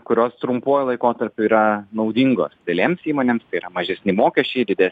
kurios trumpuoju laikotarpiu yra naudingos didelėms įmonėms tai yra mažesni mokesčiai didės